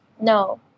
No